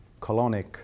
colonic